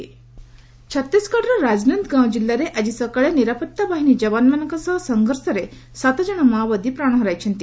Chhattisgarh Maoist ଛତିଶଗଡ଼ର ରାଜନନ୍ଦଗାଓଁ ଜିଲ୍ଲାରେ ଆଜି ସକାଳେ ନିରାପତ୍ତା ବାହିନୀ ଯବାନମାନଙ୍କ ସହ ସଂଘର୍ଷରେ ସାତ ଜଣ ମାଓବାଦୀ ପ୍ରାଣ ହରାଇଛନ୍ତି